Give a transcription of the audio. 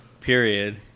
Period